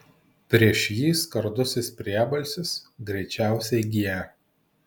prieš jį skardusis priebalsis greičiausiai g